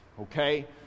Okay